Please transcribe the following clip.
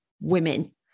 Women